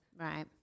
Right